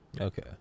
Okay